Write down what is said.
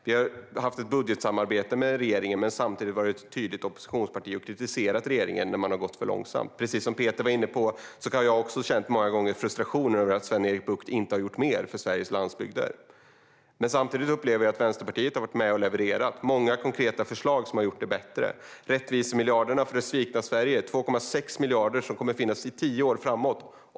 Vi har haft ett budgetsamarbete med regeringen men samtidigt varit ett tydligt oppositionsparti och kritiserat regeringen när det har gått för långsamt. Precis som Peter var inne på har jag många gånger känt frustration över att Sven-Erik Bucht inte har gjort mer för Sveriges landsbygder. Samtidigt upplever jag att Vänsterpartiet har varit med och levererat många konkreta förslag som har gjort det bättre. Rättvisemiljarderna för det svikna Sverige, 2,6 miljarder, kommer att finnas i tio år framåt.